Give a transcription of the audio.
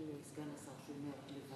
את זה התקנון אומר.